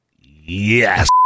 yes